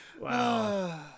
Wow